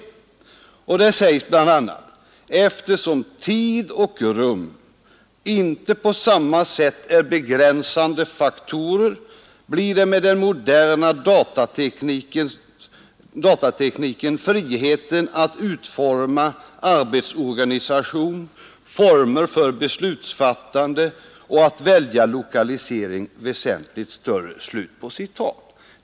I direktiven står bl.a. att eftersom ”tid och rum inte på samma sätt är begränsande faktorer, blir med den moderna datatekniken friheten att utforma arbetsorganisation, former för beslutsfattande och att välja lokalisering väsentligt större”.